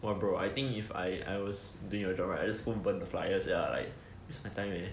!wah! bro I think if I I was doing your job right I just go burn the flyers sia like waste my time eh